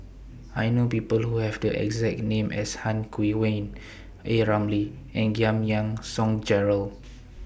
I know People Who Have The exact name as Han Guangwei A Ramli and Giam Yean Song Gerald